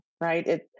right